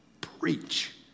preach